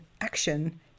action